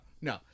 no